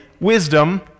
wisdom